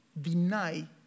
deny